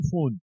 phone